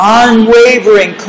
unwavering